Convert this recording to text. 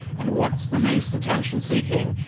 and what is the most attention-seeking?